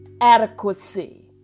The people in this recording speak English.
adequacy